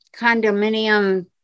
condominium